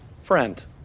friend